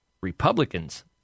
Republicans